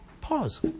Pause